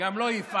גם לא יפעת.